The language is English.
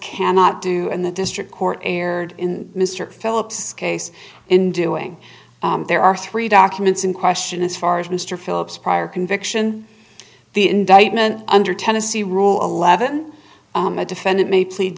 cannot do and the district court erred in mr philips case in doing there are three documents in question as far as mr philips prior conviction the indictment under tennessee rule eleven a defendant may plead